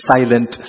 Silent